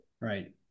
Right